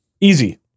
Easy